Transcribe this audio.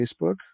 Facebook